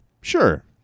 Sure